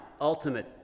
ultimate